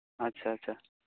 ᱟᱪᱪᱷᱟ ᱟᱪᱪᱷᱟ